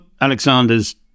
Alexander's